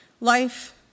life